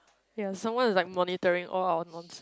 ya someone like monitoring all our nonsense